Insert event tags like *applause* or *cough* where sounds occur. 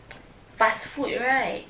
*noise* fast food right